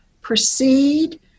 proceed